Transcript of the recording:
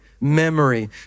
memory